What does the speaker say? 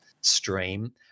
stream